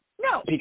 No